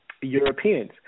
Europeans